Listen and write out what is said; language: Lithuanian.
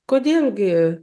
kodėl gi